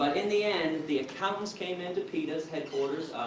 in the end, the accountants came in to peta's headquarters.